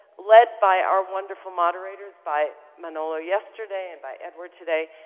led by our wonderful moderators, by manolo yesterday and by edward today,